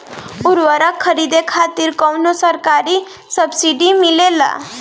उर्वरक खरीदे खातिर कउनो सरकारी सब्सीडी मिलेल?